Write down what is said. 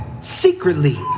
secretly